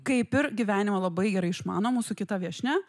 kaip ir gyvenimą labai gerai išmano mūsų kita viešnia